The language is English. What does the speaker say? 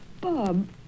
Bob